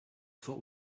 thought